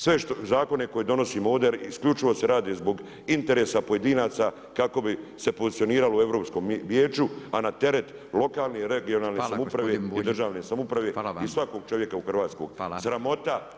Sve zakone koje donosimo ovdje isključivo se radi zbog interesa pojedinaca kako bi se pozicioniralo u Europskom vijeću a na teret lokalne i regionalne samouprave i državne samouprave i svakog čovjeka u Hrvatskoj, sramota